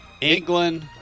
England